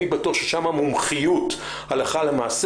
אינני בטוח ששם המומחיות הלכה למעשה.